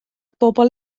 bobl